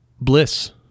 bliss